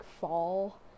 fall